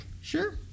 sure